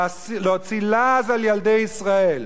הוא להוציא לעז על ילדי ישראל.